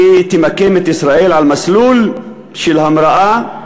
היא תמקם את ישראל על מסלול של המראה,